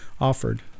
offered